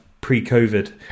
pre-COVID